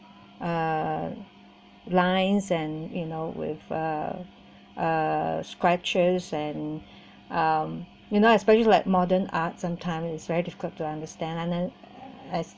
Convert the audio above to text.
uh lines and you know with uh uh scratches and um you know especially like modern art sometimes it's very difficult to understand and then I